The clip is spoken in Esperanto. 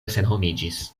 senhomiĝis